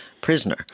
prisoner